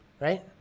right